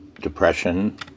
depression